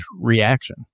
reaction